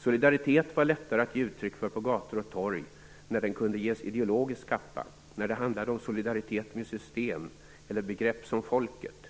Solidaritet var lättare att ge uttryck för på gator och torg när den kunde ges ideologisk kappa, när det handlade om solidaritet med system eller begrepp som "folket".